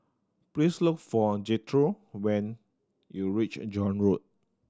please look for Jethro when you reach John Road